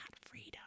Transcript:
freedom